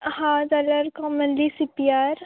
हा जाल्यार commonly C P R